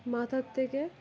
মাথা থেকে